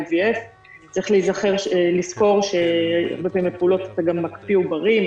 IVF. צריך לזכור שבין הפעולות אתה מקפיא עוברים,